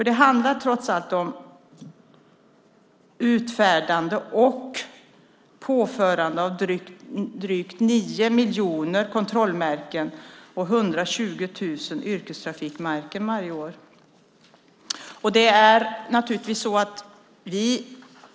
Det handlar trots allt om utfärdande och påförande av drygt nio miljoner kontrollmärken och 120 000 yrkestrafikmärken varje år.